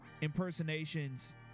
impersonations